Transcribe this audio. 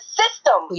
system